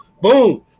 Boom